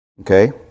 okay